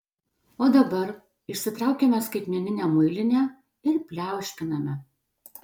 o dabar išsitraukiame skaitmeninę muilinę ir pliauškiname